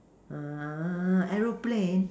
uh aeroplane